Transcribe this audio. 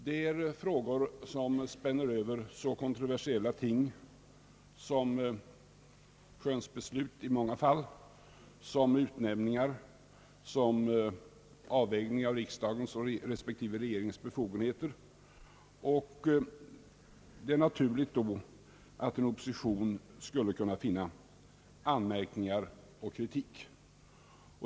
Det är frågor som omfattar så kontroversiella ting som skönsbeslut i många fall, utnämningar, samt avvägning av riksdagens respektive regeringens befogenheter, och det är då naturligt att en opposition skulle kunna finna anmärkningar och kritik.